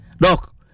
Doc